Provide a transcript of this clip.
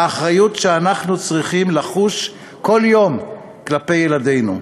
האחריות שאנחנו צריכים לחוש כל יום כלפי ילדינו,